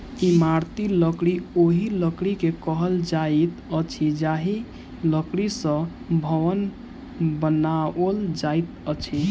इमारती लकड़ी ओहि लकड़ी के कहल जाइत अछि जाहि लकड़ी सॅ भवन बनाओल जाइत अछि